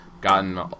gotten